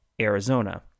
Arizona